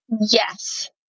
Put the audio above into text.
Yes